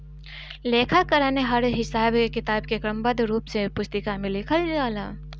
लेखाकरण हर हिसाब किताब के क्रमबद्ध रूप से पुस्तिका में लिखल जाला